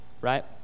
right